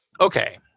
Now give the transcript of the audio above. Okay